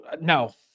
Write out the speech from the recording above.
No